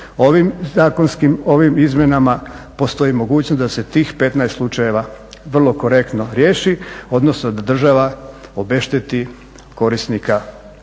Ovim izmjenama postoji mogućnost da se tih 15 slučajeva vrlo korektno riješi, odnosno da država obešteti korisnika